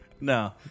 No